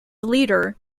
leader